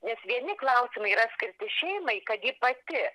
nes vieni klausimai yra skirti šeimai kad ji pati